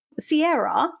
Sierra